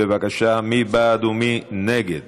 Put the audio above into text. בבקשה, מי בעד ומי נגד?